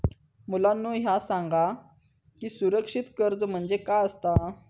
मुलांनो ह्या सांगा की असुरक्षित कर्ज म्हणजे काय आसता?